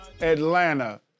Atlanta